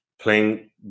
playing